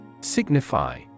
Signify